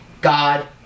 God